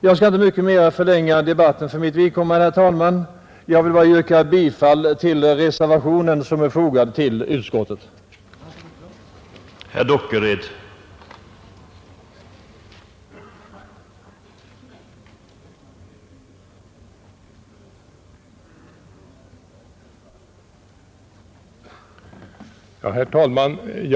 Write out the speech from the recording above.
Jag skall inte ytterligare förlänga debatten, herr talman, jag vill bara yrka bifall till reservationen som är fogad till utskottets betänkande.